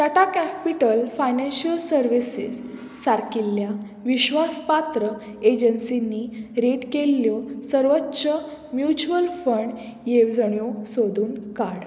Tata capital financial services सारकिल्ल्या विश्वासपात्र एजन्सींनी रीट केल्ल्यो सर्वोच्च म्युच्युअल फंड येवजण्यो सोदून काड